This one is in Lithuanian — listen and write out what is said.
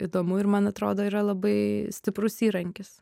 įdomu ir man atrodo yra labai stiprus įrankis